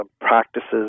practices